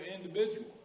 individual